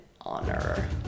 honor